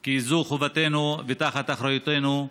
כי זו חובתנו ותחת אחריותנו.